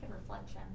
reflection